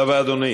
תודה רבה, אדוני.